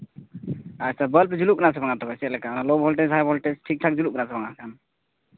ᱟᱪᱪᱷᱟ ᱵᱟᱞᱵ ᱫᱚ ᱡᱩᱞᱩᱜ ᱠᱟᱱᱟ ᱥᱮ ᱵᱟᱝᱼᱟ ᱛᱚᱵᱮ ᱪᱮᱫ ᱞᱮᱠᱟ ᱚᱱᱟ ᱞᱳ ᱵᱷᱚᱞᱴᱮᱡᱽ ᱦᱟᱭ ᱵᱷᱳᱞᱴᱮᱡᱽ ᱴᱷᱤᱠ ᱴᱷᱟᱠ ᱡᱩᱞᱩᱜ ᱠᱟᱱᱟ ᱥᱮ ᱵᱟᱝᱼᱟ